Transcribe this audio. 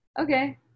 Okay